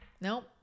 nope